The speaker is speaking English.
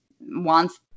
wants